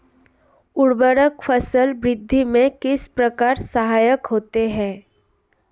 उर्वरक फसल वृद्धि में किस प्रकार सहायक होते हैं?